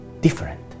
different